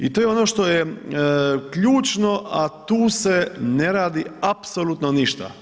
I to je ono što je ključno a tu se ne radi apsolutno ništa.